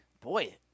Boy